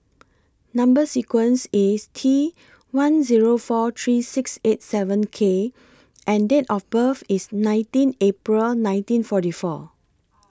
Number sequence IS T one Zero four three six eight seven K and Date of birth IS nineteen April nineteen forty four